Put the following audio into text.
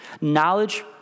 knowledge